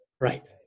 right